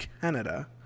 Canada